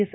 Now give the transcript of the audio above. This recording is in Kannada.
ಎಸ್